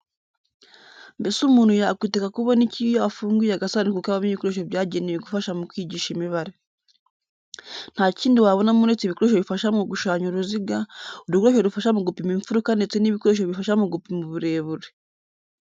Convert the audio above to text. Mbese umuntu yakwitega kubona iki iyo afunguye agasanduku kabamo ibikoresho byagenewe gufasha mu kwigisha imibare? Nta kindi wabonamo uretse ibikoresho bifasha mu gushushanya uruziga, udukoresho dufasha mu gupima imfuruka ndetse n'ibikoresho bifasha mu gupima uburebure.